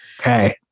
Okay